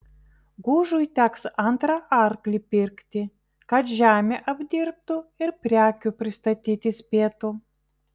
gužui teks antrą arklį pirkti kad žemę apdirbtų ir prekių pristatyti spėtų